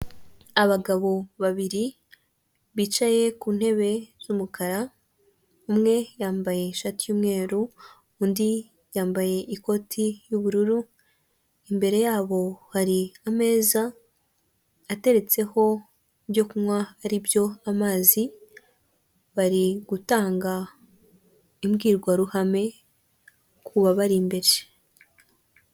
Abagabo babiri bicaye ku ntebe z'umukara, umwe yambaye ishati y'umweru undi yambaye ikoti ry'ubururu, imbere yabo hari ameza ateretseho ibyo kunywa ari byo amazi bari gutanga imbwirwaruhame ku babari imbere.